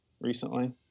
Recently